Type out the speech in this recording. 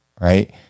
right